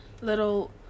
little